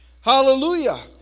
Hallelujah